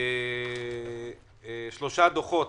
שלושה דוחות,